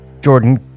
Jordan